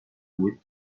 with